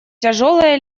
тяжелая